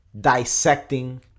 dissecting